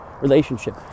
relationship